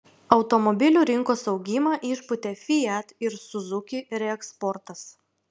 automobilių rinkos augimą išpūtė fiat ir suzuki reeksportas